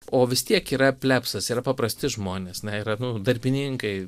o vis tiek yra plebsas yra paprasti žmonės na yra nu darbininkai